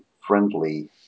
friendly